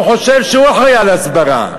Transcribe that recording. שהוא חושב שהוא אחראי להסברה,